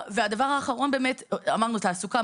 אמרנו תעסוקה,